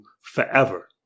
forever